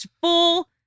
full